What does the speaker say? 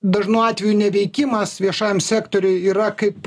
dažnu atveju neveikimas viešajam sektoriui yra kaip